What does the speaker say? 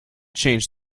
change